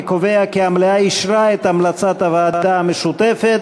אני קובע כי המליאה אישרה את המלצת הוועדה המשותפת.